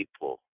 people